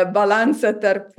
balansą tarp